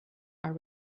are